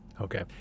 Okay